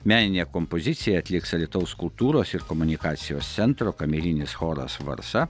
meninę kompoziciją atliks alytaus kultūros ir komunikacijos centro kamerinis choras varsa